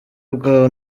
bwa